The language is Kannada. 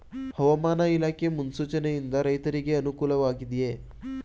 ಹವಾಮಾನ ಇಲಾಖೆ ಮುನ್ಸೂಚನೆ ಯಿಂದ ರೈತರಿಗೆ ಅನುಕೂಲ ವಾಗಿದೆಯೇ?